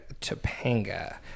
Topanga